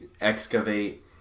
excavate